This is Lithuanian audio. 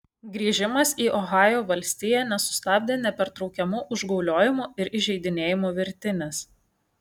grįžimas į ohajo valstiją nesustabdė nepertraukiamų užgauliojimų ir įžeidinėjimų virtinės